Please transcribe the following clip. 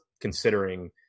considering